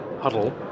huddle